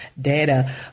data